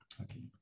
Okay